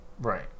Right